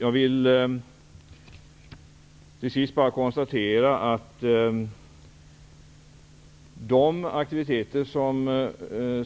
Jag vill till sist bara konstatera att det internationella samarbetet naturligtvis är en av de aktiviteter som